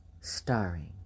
starring